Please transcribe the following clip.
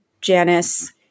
janice